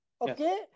Okay